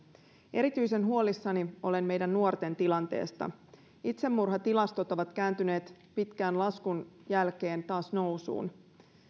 erityisen huolissani olen meidän nuortemme tilanteesta itsemurhatilastot ovat kääntyneet pitkän laskun jälkeen taas nousuun